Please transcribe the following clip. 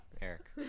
Eric